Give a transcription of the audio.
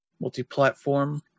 multi-platform